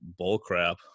bullcrap